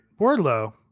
Wardlow